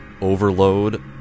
overload